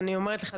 אני אומרת לך,